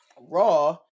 Raw